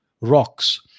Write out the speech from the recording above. rocks